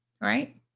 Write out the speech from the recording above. Right